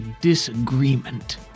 disagreement